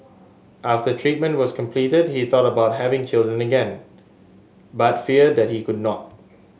after treatment was completed he thought about having children again but feared that he could not